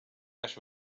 ash